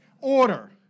order